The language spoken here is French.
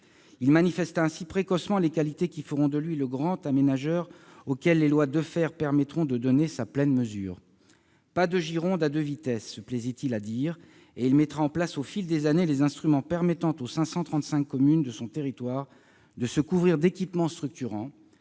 Il manifesta ainsi précocement les qualités qui feront de lui le grand aménageur auquel les lois Defferre permettront de donner sa pleine mesure. « Pas de Gironde à deux vitesses », se plaisait-il à dire, et il mettra en place, au fil des années, les instruments permettant aux 535 communes de son territoire, qu'elles soient petites ou grandes,